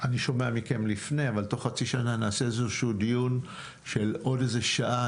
נעשה איזשהו דיון של עוד איזה שעה.